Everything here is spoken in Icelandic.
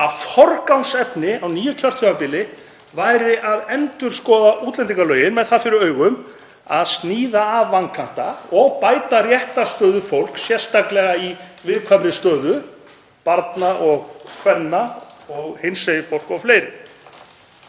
að forgangsmál á nýju kjörtímabili væri að endurskoða útlendingalögin með það fyrir augum að sníða af vankanta og bæta réttarstöðu fólks, sérstaklega fólks í viðkvæmri stöðu; barna, kvenna, hinsegin fólks og fleiri.